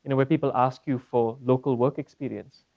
and where people ask you for local work experience,